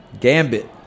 Gambit